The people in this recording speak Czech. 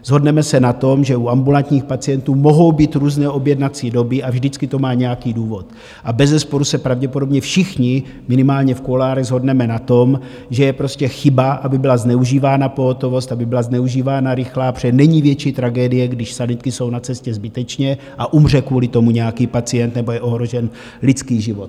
Shodneme se na tom, že u ambulantních pacientů mohou být různé objednací doby a vždycky to má nějaký důvod a bezesporu se pravděpodobně všichni, minimálně v kuloárech, shodneme na tom, že je prostě chyba, aby byla zneužívána pohotovost, aby byla zneužívána rychlá, protože není větší tragédie, když sanitky jsou na cestě zbytečně a umře kvůli tomu nějaký pacient nebo je ohrožen lidský život.